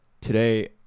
today